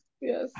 yes